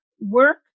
work